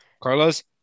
Carlos